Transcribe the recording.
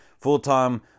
Full-time